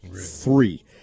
Three